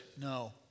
No